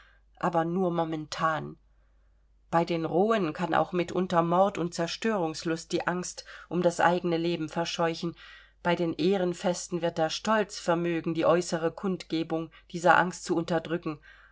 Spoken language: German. aber nur momentan bei den rohen kann auch mitunter mord und zerstörungslust die angst um das eigene leben verscheuchen bei den ehrenfesten wird der stolz vermögen die äußere kundgebung dieser angst zu unterdrücken